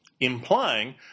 implying